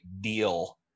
deal